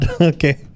Okay